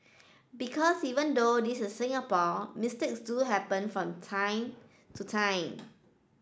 because even though this is Singapore mistakes do happen from time to time